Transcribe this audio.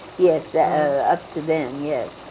yes, the up to then, yes.